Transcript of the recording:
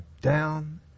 down